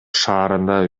шаарында